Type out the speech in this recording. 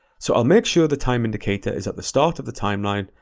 so i'll make sure the time indicator is at the start of the timeline,